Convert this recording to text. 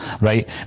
right